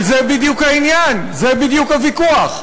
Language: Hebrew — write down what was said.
על זה בדיוק העניין, זה בדיוק הוויכוח.